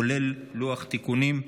כולל לוח תיקונים,